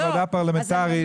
כוועדה פרלמנטרית,